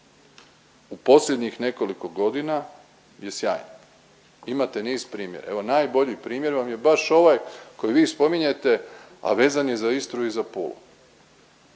u posljednjih nekoliko godina je sjajna. Imate niz primjera, evo najbolji primjer vam je baš ovaj koji vi spominjete a vezan je za Istru i za Pulu.